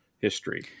history